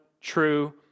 true